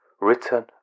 written